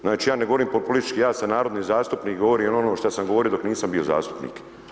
Znači ja ne govorim populistički, ja sam narodni zastupnik i govorim i ono što sam govorio dok nisam bio zastupnik.